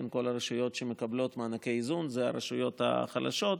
כל הרשויות שמקבלות מענקי איזון הן הרשויות החלשות,